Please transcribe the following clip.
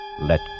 let